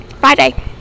Friday